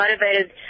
motivated